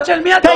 בצד של מי אתה?